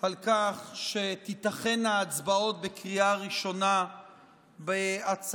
על כך שתיתכנה הצבעות בקריאה ראשונה בהצעת